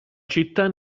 città